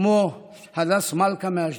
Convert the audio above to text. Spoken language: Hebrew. כמו הדס מלכא מאשדוד.